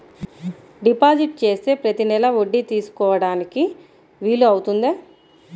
Deposit చేస్తే ప్రతి నెల వడ్డీ తీసుకోవడానికి వీలు అవుతుందా?